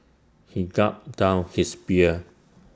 he gulped down his beer